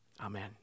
amen